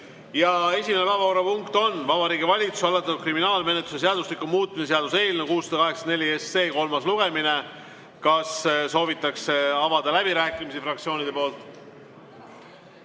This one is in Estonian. Esimene päevakorrapunkt on Vabariigi Valitsuse algatatud kriminaalmenetluse seadustiku muutmise seaduse eelnõu 684 kolmas lugemine. Kas soovitakse avada läbirääkimisi fraktsioonide nimel?